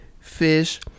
fish